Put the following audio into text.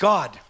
God